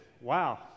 wow